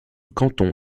canton